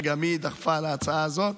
שגם היא דחפה להצעה הזאת.